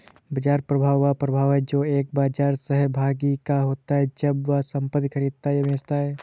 बाजार प्रभाव वह प्रभाव है जो एक बाजार सहभागी का होता है जब वह संपत्ति खरीदता या बेचता है